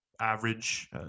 average